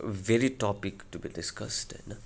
very topic to be discussed होइन